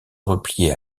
replier